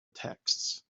texts